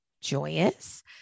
joyous